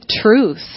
truth